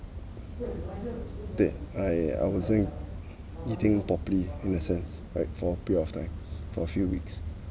that I I wasn't eating properly in a sense like for period of time for a few weeks